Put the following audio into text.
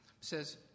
says